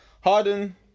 Harden